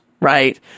right